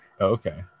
okay